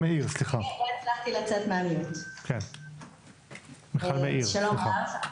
שלום רב.